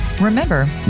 Remember